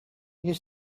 you